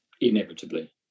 inevitably